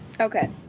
Okay